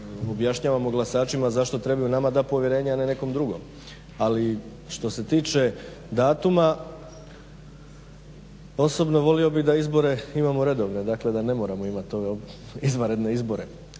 objašnjavamo glasačima zašto trebaju nama dati povjerenje, a ne nekom drugom. Ali što se tiče datuma osobno bih volio da izbor imamo redovne, dakle da ne moramo imati ove izvanredne izbore.